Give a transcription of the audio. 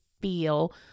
feel